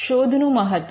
શોધ નું મહત્વ